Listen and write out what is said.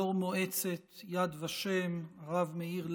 יו"ר מועצת יד ושם הרב מאיר לאו,